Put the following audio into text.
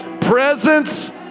presence